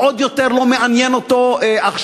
ועוד יותר לא מעניין אותו עכשיו,